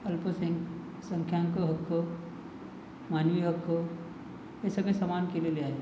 अल्पसँक संख्यांक हक्क मानवीय हक्क हे सगळे समान केलेले आहे